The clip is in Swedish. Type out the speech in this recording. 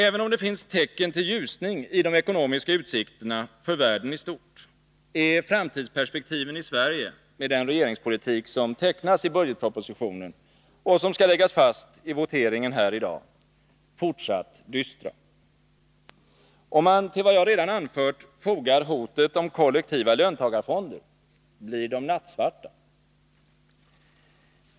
Även om det finns tecken till ljusning i de ekonomiska utsikterna för världen i stort, är framtidsperspektiven i Sverige, med den regeringspolitik som tecknas i budgetpropositionen och som skall läggas fast i voteringen här i dag, fortsatt dystra. Om man till vad jag redan anfört fogar hotet om kollektiva löntagarfonder, blir de nattsvarta.